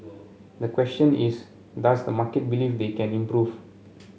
the question is does the market believe they can improve